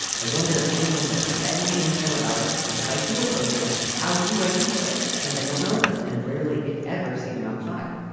i wonder if anyone's ever said anything to them about it. if i do approach them, how do i do so since i don't know them and rarely if ever see them outside?